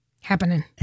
happening